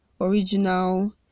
original